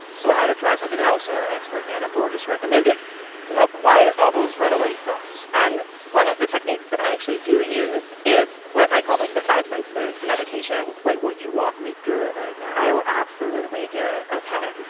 so i had her try something else that our expert anna borges recommended to help quiet all those runaway thoughts and one of the techniques that i actually do use is what i call, like, the five senses meditation wait. would you walk me through it right now? i will absolutely do it. ok.